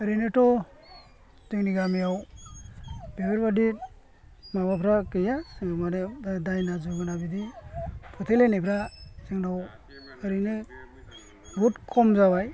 एरैनोथ'जोंनि गामियाव बिफोरबादि माबाफ्रा गैया मा होनो दायना जुना बिदि फोथायलाय नायफ्रा जोंनाव एरैनो बहुथ खम जाबाय